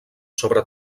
sobre